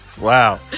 Wow